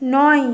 নয়